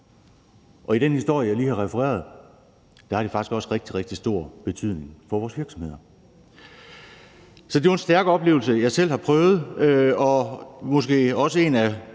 og i den historie, jeg lige har refereret, har det faktisk også rigtig, rigtig stor betydning for vores virksomheder. Så det er en stærk oplevelse, jeg selv har haft, og måske også en af